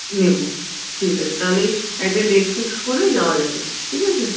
নেবো ঠিক আছে তাহলে একটা ডেট ফিক্স করে যাওয়া যাবে ঠিক আছে